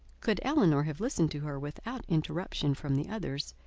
could elinor have listened to her without interruption from the others,